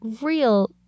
real